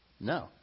No